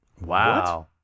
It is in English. Wow